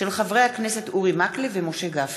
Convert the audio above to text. של חברי הכנסת אורי מקלב ומשה גפני,